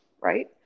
Right